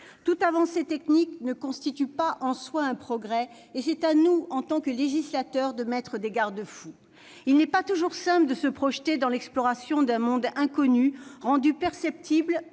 Toute avancée technique ne constitue pas en elle-même un progrès, et c'est à nous, en tant que législateurs, de mettre des garde-fous. Il n'est pas toujours simple de se projeter dans l'exploration d'un monde inconnu, rendu perceptible